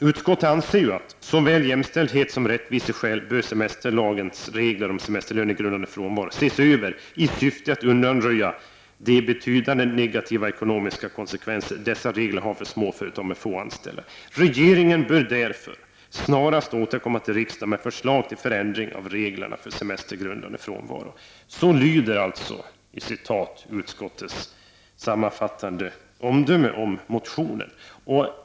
”Utskottet anser att av såväl jämställdhetssom rättviseskäl bör semesterlagens regler om semesterlönegrundande frånvaro ses över i syfte att undanröja de betydande negativa ekonomiska konsekvenser dessa regler har för små företag med få anställda. Regeringen bör därför snarast återkomma till riksdagen med förslag till förändring av reglerna för semestergrundande frånvaro.” Så lyder i citat utskottets sammanfattande omdöme om motionen.